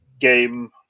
game